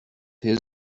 his